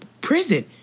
prison